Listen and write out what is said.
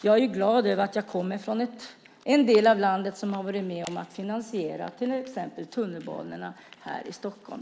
Jag är glad att jag kommer från en del av landet som har varit med att finansiera till exempel tunnelbanan i Stockholm.